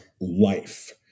life